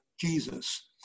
Jesus